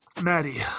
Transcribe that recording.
Maddie